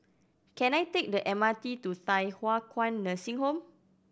can I take the M R T to Thye Hua Kwan Nursing Home